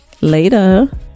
Later